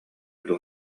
дуо